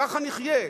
ככה נחיה,